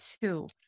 two